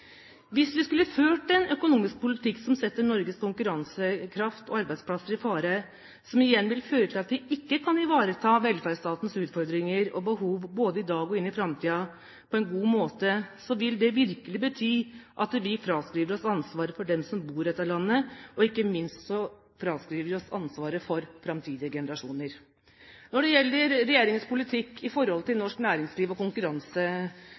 Hvis vi skulle fulgt en økonomisk politikk som setter Norges konkurransekraft og arbeidsplasser i fare, som igjen vil føre til at vi ikke kan ivareta velferdsstatens utfordringer og behov både i dag og inn i framtiden på en god måte, vil det virkelig bety at vi fraskriver oss ansvaret for dem som bor i dette landet, og ikke minst fraskriver vi oss ansvaret for framtidige generasjoner. Når det gjelder regjeringens politikk med hensyn til norsk næringsliv og